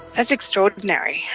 it's extraordinary.